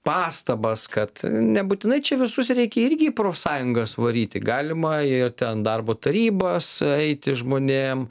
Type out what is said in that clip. pastabas kad nebūtinai čia visus reikia irgi į profsąjungas varyti galima ir ten darbo tarybas eiti žmonėm